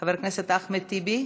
חבר אחמד טיבי,